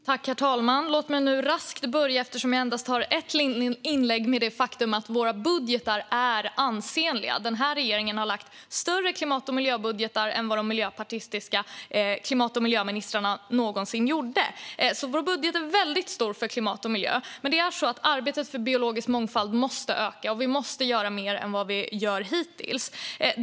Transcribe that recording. Herr talman! Eftersom jag endast har ett inlägg ska jag nu raskt börja med att berätta att våra budgetar är ansenliga. Regeringen har lagt fram större miljö och klimatbudgetar än vad de miljöpartistiska klimat och miljöministrarna någonsin gjorde. Vår budget för klimat och miljö är väldigt stor. Arbetet för biologisk mångfald måste öka. Vi måste göra mer än vad vi gjort hittills.